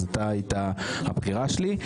ואתה היית הבחירה שלי.